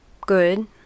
good